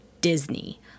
Disney